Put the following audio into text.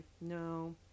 no